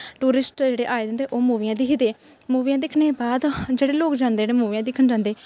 tourist जेह्ड़े आए दे होंदे ओह् मूवियां दिखदे मूवियां दिक्खनें बाद जेह्ड़े लोग जंदे न मूवियां दिक्खन जंदे